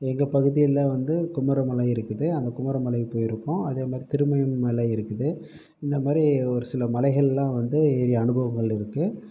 எங்கள் பகுதியில் வந்து குமர மலை இருக்குது அந்த குமர மலை போயிருக்கோம் அதேமாதிரி திருமயூன் மலை இருக்குது இந்தமாதிரி ஒரு சில மலைகளெலாம் வந்து ஏறிய அனுபவங்கள் இருக்குது